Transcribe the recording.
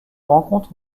rencontre